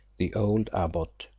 the old abbot,